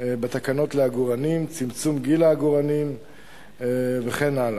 בתקנות לעגורנים, צמצום גיל העגורנים וכן הלאה.